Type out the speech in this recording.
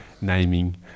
naming